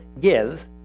give